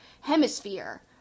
hemisphere